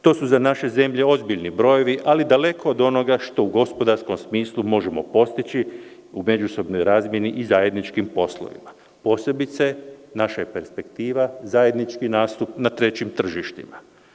To su za naše zemlje ozbiljni brojevi, ali daleko od onoga što u gospodarskom smislu možemo postići u međusobnoj razmeni i zajedničkim poslovima, posebice naših perspektiva, zajednički nastup na trećim tržištima.